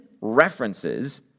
references